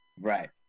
Right